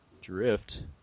Drift